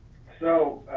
so,